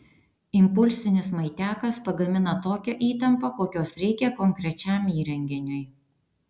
impulsinis maitiakas pagamina tokią įtampą kokios reikia konkrečiam įrenginiui